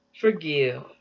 Forgive